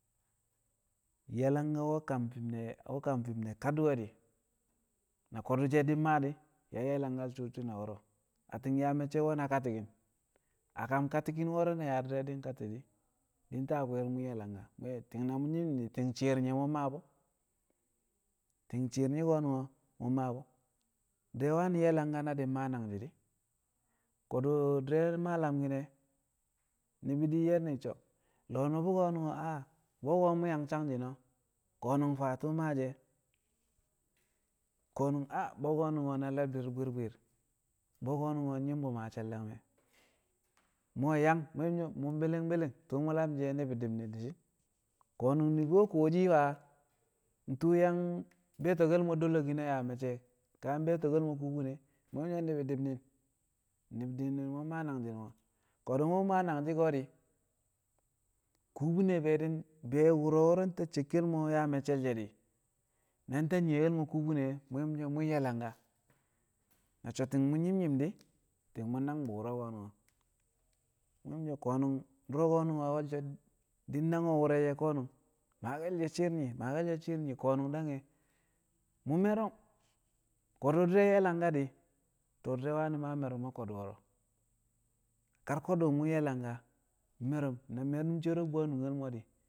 ye̱ langka we̱ kam fi̱m ne̱ fi̱m ne̱ kadi̱we̱ di̱ na ko̱du̱ she̱ di̱ maa di̱ be̱ yang ye̱ langka suu shi̱ne̱ wo̱ro̱ atti̱n yaa me̱cce̱ we̱ na kati̱ki̱n a kam kati̱ki̱n wo̱ro̱ na di̱re̱ kati̱ di̱ ta kwir mu̱ ye̱ langka ti̱ng na mu̱ nyi̱m nyi̱mdi ti̱ng shi̱i̱r mu̱ maa bu̱ ti̱ng shi̱i̱r nang ko̱ mu̱ maa bu̱ di̱re̱ wani̱ ye̱ langka na di̱ maa nangji̱ di̱ ko̱du̱ di̱re̱ maa lamki̱n ne̱ ni̱bi̱ di̱ ye̱rni̱n so̱ lo̱o̱ nu̱bu̱ ko̱nu̱n a a bi̱yo̱ ko̱ mu̱ yang sangshi̱no̱ ko̱nu̱n fa tu̱u̱ maashi̱ e̱ bwi̱yo̱ ko̱ we̱ na le̱bdi̱r bwi̱i̱r bwi̱i̱r bwi̱yo̱ ko̱ nyi̱m bu̱ maa she̱l dagme̱ mu̱ we̱ yang mu̱ bi̱li̱ng bi̱li̱ng tu̱u̱ mu̱ lamshi̱ e̱ ni̱bi̱ di̱bni̱n di̱shi̱n ko̱nu̱n ni̱bi̱ we̱ kuwoshi fa tu̱u̱ yang be̱e̱ti̱ke̱l mo̱ dolokin a yaa me̱cce̱ ka yang be̱e̱to̱ke̱l mo̱ kubine mu̱ ye̱shi̱ mu̱ so̱ ni̱bi̱ di̱bni̱n ni̱bi̱ di̱bni̱n mu̱ yang maa nangji̱l mo̱ ko̱du̱ mu̱ maa nangji̱ ko̱ di̱ kubine be̱ di̱ be̱ wu̱ro̱ wo̱ro̱ ta cekkel mo̱ yaa me̱cce̱l she̱ di̱ na ta nyi̱ye̱l mo̱ kubi̱ne di̱ mu̱ ye̱shi̱ mu̱ so̱ mu̱ ye̱ langka na so̱ ti̱ng mu̱ nyi̱m nyi̱m di̱ ti̱ng nangbu̱ wu̱ro̱ ko̱nu̱n mu̱ ye̱ mu̱ so̱ ko̱nu̱n du̱ro̱ ko̱ wolsho di̱ nang o̱ wu̱re̱ ko̱nu̱n maake̱l she̱ shi̱i̱r nyi maake̱l she̱ shi̱i̱r nyi ko̱nu̱n dange̱ mu̱ maida ko̱du̱ di̱rẹ ye̱ langka di̱ to di̱re̱ wani̱ maa me̱ru̱m a ko̱du̱ wo̱ro̱ kar ko̱du̱ mu̱ ye̱ langka me̱ru̱m na me̱ru̱m cere bu̱ a nungel mo̱ di̱